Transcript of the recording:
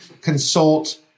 consult